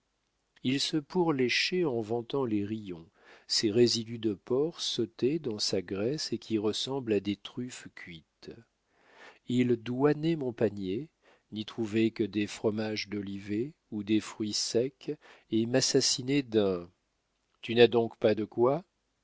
ils se pourléchaient en vantant les rillons ces résidus de porc sautés dans sa graisse et qui ressemblent à des truffes cuites ils douanaient mon panier n'y trouvaient que des fromages d'olivet ou des fruits secs et m'assassinaient d'un tu n'as donc pas de quoi